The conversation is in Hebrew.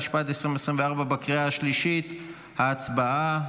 התשפ"ד 2024. הצבעה.